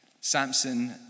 Samson